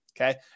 okay